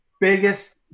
Biggest